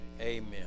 amen